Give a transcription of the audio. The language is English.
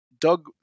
Doug